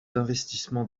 d’investissements